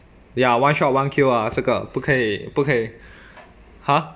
ya one shot one kill ah 这个不可以不可以 !huh!